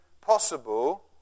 possible